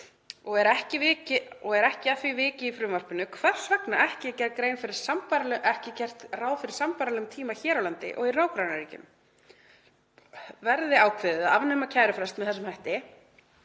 og er ekki að því vikið í frumvarpinu hvers vegna ekki er gert ráð fyrir sambærilegum tíma hér á landi og í nágrannaríkjunum. Verði ákveðið að afnema kærufrest með þessum hætti